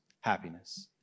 happiness